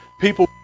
people